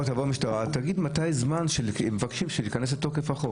המשטרה ותגיד מתי הם מבקשים שהחוק ייכנס לתוקף.